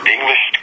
English